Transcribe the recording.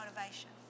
motivation